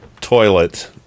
toilet